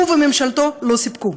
הוא וממשלתו לא סיפקו.